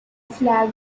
flag